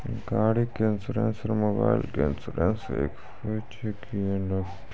गाड़ी के इंश्योरेंस और मोबाइल के इंश्योरेंस एक होय छै कि अलग?